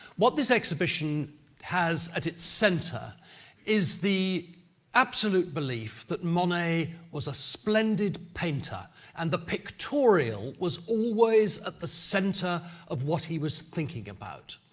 what this exhibition has at its centre is the absolute belief that monet was a splendid painter and the pictorial was always at the centre of what he was thinking about.